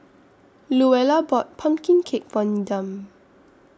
Luella bought Pumpkin Cake For Needham